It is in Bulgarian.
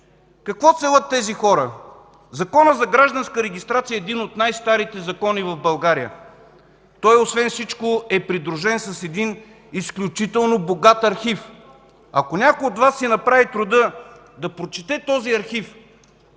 Какво целят тези хора? Законът за гражданската регистрация е един от най-старите закони в България. Той, освен всичко, е придружен с един изключително богат архив. Ако някой от Вас си направи труда да прочете този архив